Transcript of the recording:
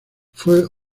fue